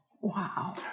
Wow